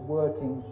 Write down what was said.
working